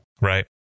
Right